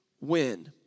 win